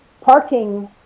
parking